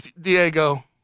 Diego